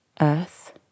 Earth